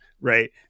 right